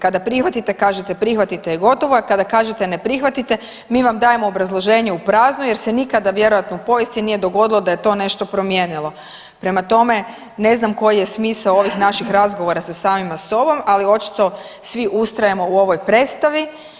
Kada prihvatite, kažete prihvatite i gotovo, a kada kažete ne prihvatite, mi vam dajemo obrazloženje u prazno jer se nikada vjerojatno u povijesti nije dogodilo da je to nešto promijenilo, prema tome, ne znam koji je smisao ovih naših razgovora sa samima sobom, ali očito svi ustrajemo u ovoj predstavi.